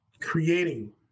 Creating